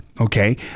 Okay